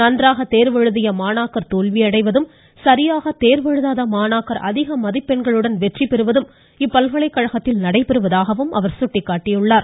நன்றாக தேர்வு எழுதிய மாணாக்கர் தோல்வியடைவதும் சரியாக தேர்வு எழுதாத மாணாக்கர் அதிக அமதிப்பெண்களுடன் வெற்றி பெறுவதும் இப்பல்கலைகழகத்தில் நடைபெறுவதாக அவர் குறை கூறினார்